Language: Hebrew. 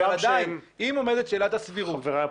הגם שהם חבריי הפוליטיקאים.